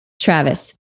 Travis